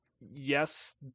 yes